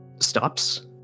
Stops